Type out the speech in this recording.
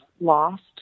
lost